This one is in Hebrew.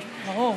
ברור.